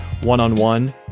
one-on-one